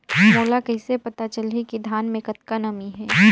मोला कइसे पता चलही की धान मे कतका नमी हे?